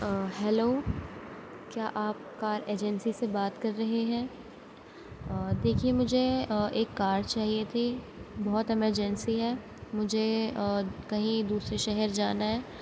آ hello کیا آپ car agency سے بات کر رہے ہیں آ دیکھیے مجھے آ ایک کار چاہیے تھی بہت ایمرجنسی ہے مجھے آ کہیں دوسرے شہر جانا ہے